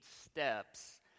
steps